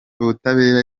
ubutabera